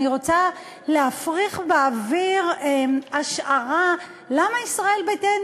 אני רוצה להפריח באוויר השערה למה ישראל ביתנו